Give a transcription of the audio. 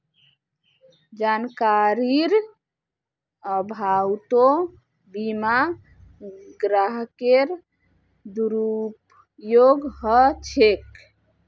जानकारीर अभाउतो बीमा ग्राहकेर दुरुपयोग ह छेक